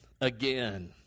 again